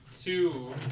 two